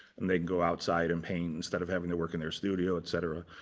and they can go outside and paint, instead of having their work in their studio cetera,